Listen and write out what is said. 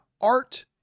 Art